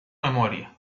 memoria